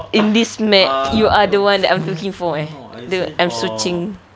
in this map you are the one that I am looking for eh I'm searching